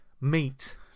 meat